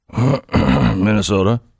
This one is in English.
Minnesota